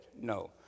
No